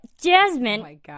Jasmine